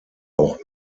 auch